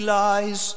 lies